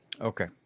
Okay